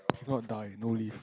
if not die no leave